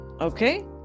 Okay